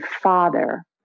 father